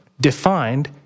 defined